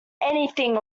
anything